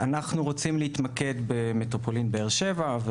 אנחנו רוצים להתמקד במטרופולין באר שבע.